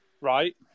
right